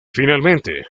finalmente